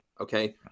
okay